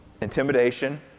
intimidation